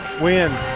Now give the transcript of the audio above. win